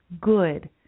good